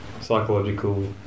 psychological